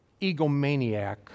egomaniac